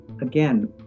again